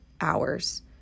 hours